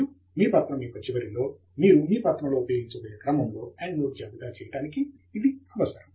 మరియు మీ పత్రం యొక్క చివరిలో మీరు మీ పత్రంలో ఉపయోగించబోయే క్రమంలో ఎండ్ నోట్ జాబితా చేయడానికి ఇది అవసరం